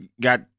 got